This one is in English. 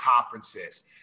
conferences